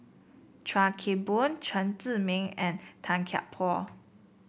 Chuan Keng Boon Chen Zhiming and Tan Kian Por